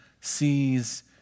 sees